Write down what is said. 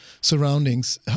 surroundings